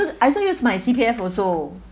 I also use my C_P_F also